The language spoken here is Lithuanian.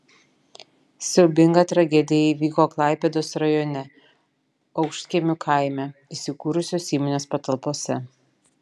siaubinga tragedija įvyko klaipėdos rajone aukštkiemių kaime įsikūrusios įmonės patalpose